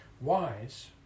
Wise